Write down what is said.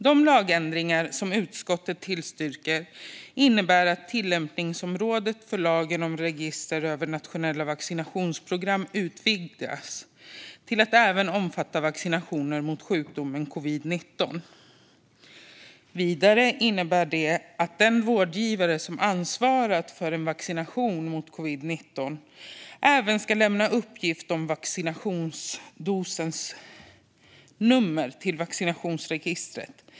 De lagändringar som utskottet tillstyrker innebär att tillämpningsområdet för lagen om register över nationella vaccinationsprogram utvidgas till att även omfatta vaccinationer mot sjukdomen covid-19. Vidare innebär det att den vårdgivare som ansvarat för en vaccination mot covid-19 även ska lämna uppgift om vaccinationsdosens nummer till vaccinationsregistret.